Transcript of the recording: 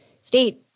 state